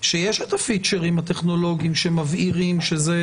שיש את הפיצ'רים הטכנולוגיים שמבהירים שזה